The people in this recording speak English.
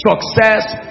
Success